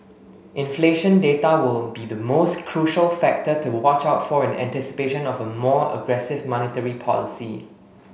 inflation data will be the most crucial factor to watch out for in anticipation of a more aggressive monetary policy